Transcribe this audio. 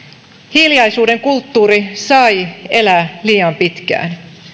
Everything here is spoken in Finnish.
hiljaisuuden kulttuuri sai elää liian pitkään